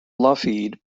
lougheed